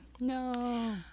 No